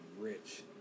rich